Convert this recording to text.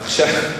עכשיו,